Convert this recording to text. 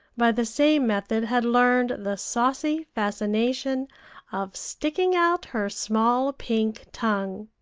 by the same method had learned the saucy fascination of sticking out her small pink tongue.